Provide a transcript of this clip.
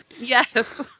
Yes